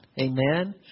amen